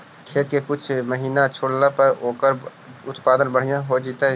खेत के कुछ महिना छोड़ला पर ओकर उत्पादन बढ़िया जैतइ?